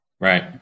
right